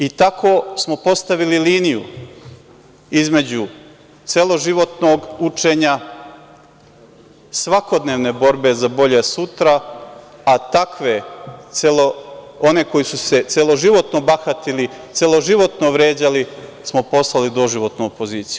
I tako smo postavili liniju između celoživotnog učenja, svakodnevne borbe za bolje sutra, a takve, one koji su se celoživotno bahatili, celoživotno vređali, smo poslali u doživotnu opoziciju.